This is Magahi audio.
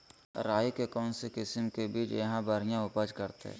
राई के कौन किसिम के बिज यहा बड़िया उपज करते?